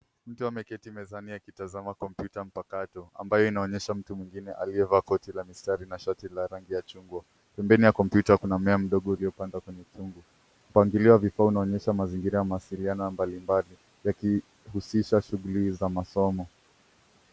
Mtu ameketi mezani akitazama kompyuta mpakato ambayo inaonyesha mtu mwingine aliyevaa koti la mistari na shati la rangi ya chungwa. Pembeni ya kompyuta kuna mmea mdogo uliyopandwa kwenye chungu. Mpangilio wa vifaa unaonyesha mazingira ya mawasiliano mbalimbali yakihusisha shughuli za masomo.